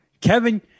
Kevin